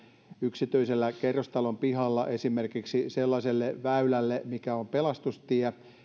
yksityisellä kerrostalon pihalla esimerkiksi sellaiselle väylälle mikä on pelastustie